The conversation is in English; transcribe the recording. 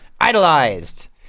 Idolized